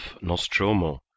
Nostromo